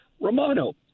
Romano